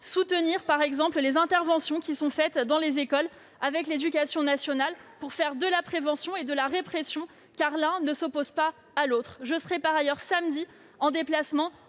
soutenir par exemple les interventions faites dans les écoles avec l'éducation nationale. Nous voulons faire de la prévention et de la répression, car l'une ne s'oppose pas à l'autre. Je serai par ailleurs samedi prochain en déplacement